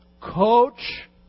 coach